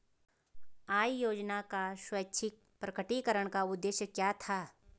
आय योजना का स्वैच्छिक प्रकटीकरण का उद्देश्य क्या था?